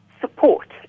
support